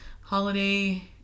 Holiday